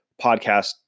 podcast